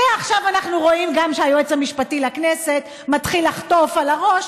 ועכשיו אנחנו רואים גם שהיועץ המשפטי לכנסת מתחיל לחטוף על הראש,